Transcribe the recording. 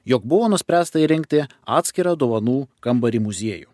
jog buvo nuspręsta įrengti atskirą dovanų kambarį muziejų